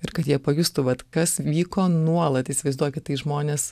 ir kad jie pajustų vat kas vyko nuolat įsivaizduokit tai žmonės